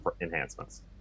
enhancements